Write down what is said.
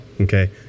okay